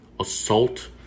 Assault